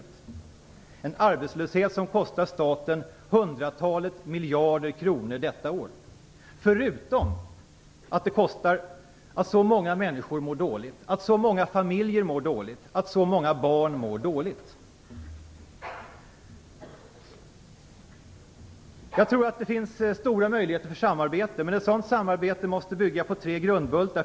Det är en arbetslöshet som kostar staten hundratalet miljarder kronor detta år, förutom att det kostar att så många människor, så många familjer och så många barn mår dåligt. Jag tror att det finns stora möjligheter för samarbete, men ett sådant samarbete måste bygga på tre grundbultar.